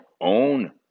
own